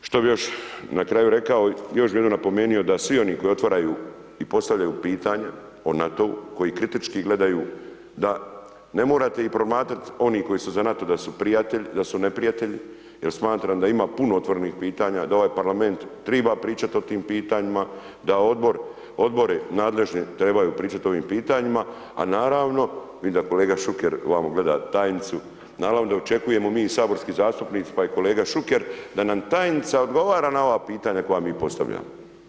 Što bi još na kraju rekao, još jednom bi napomenuo da svi oni koji otvaraju i postavljaju pitanja o NATO-u koji kritički gledaju da ne morate ih promatrati oni koji su za NATO da su prijatelj, da su neprijatelj, jel smatram da ima puno otvorenih pitanja, da ovaj parlament triba pričat o tim pitanjima, da odbori nadležni trebaju pričat o ovim pitanjima, a naravno, vidim da kolega Šuker vamo gleda tajnicu, naravno, očekujemo mi saborski zastupnici, pa i kolega Šuker, da nam tajnica odgovara na ova pitanja koja mi postavljamo.